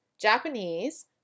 Japanese